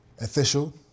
official